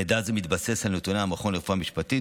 מידע זה מתבסס על נתוני המכון לרפואה משפטית